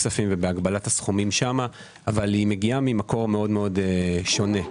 כספים ובהגבלת הסכומים שם אבל מגיעה ממקום מאוד-מאוד שונה.